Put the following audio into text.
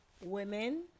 women